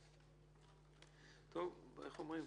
גבי,